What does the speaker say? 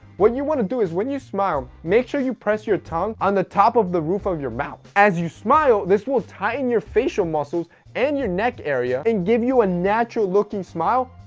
what you want to do is when you smile make sure you press your tongue on the top of the roof of your mouth. as you smile this will tighten your facial muscles and your neck area and give you a natural-looking smile,